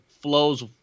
flows